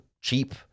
cheap